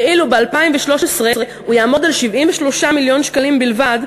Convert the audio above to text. ואילו ב-2013 הוא יעמוד על 73 מיליון שקלים בלבד,